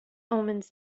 omens